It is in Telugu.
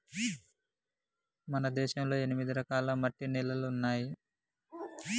మన దేశంలో ఎనిమిది రకాల మట్టి నేలలున్నాయి